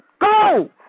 Go